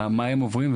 מה הם עוברים,